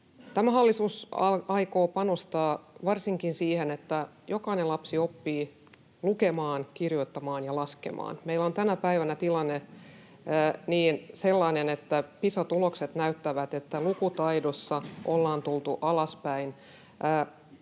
hallitus aikoo panostaa varsinkin siihen, että jokainen lapsi oppii lukemaan, kirjoittamaan ja laskemaan. Meillä on tänä päivänä tilanne sellainen, että Pisa-tulokset näyttävät, että lukutaidossa ollaan tultu alaspäin.